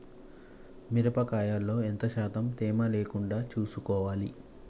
మిరప కాయల్లో ఎంత శాతం తేమ లేకుండా చూసుకోవాలి?